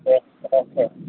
दे लाखिनोसै